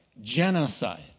Genocide